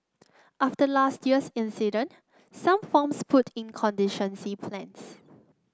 after last year's incident some farms put in contingency plans